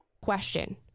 question